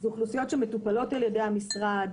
אלה אוכלוסיות שמטופלות על ידי המשרד,